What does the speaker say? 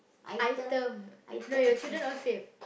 item no your children all saved